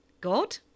god